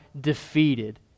defeated